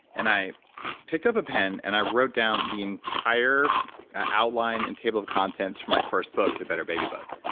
and i picked up a pen and i wrote down the entire outline and table of contents for my first book the better baby book.